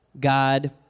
God